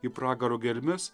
į pragaro gelmes